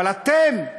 אבל אתם,